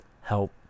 help